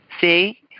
See